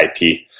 IP